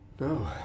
No